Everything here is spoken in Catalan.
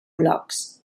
blocs